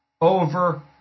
over